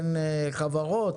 אין חברות?